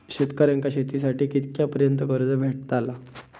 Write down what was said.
शेतकऱ्यांका शेतीसाठी कितक्या पर्यंत कर्ज भेटताला?